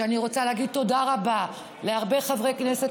ואני רוצה להגיד תודה רבה להרבה חברי כנסת